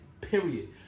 period